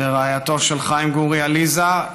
לרעייתו של חיים גורי, עליזה,